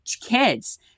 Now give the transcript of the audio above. kids